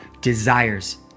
desires